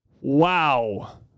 Wow